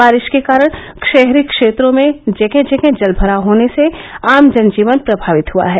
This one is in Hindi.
बारिश के कारण शाहरी क्षेत्रों में जगह जगह जलभराव होने से आम जनजीवन प्रभावित हुआ है